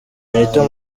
benito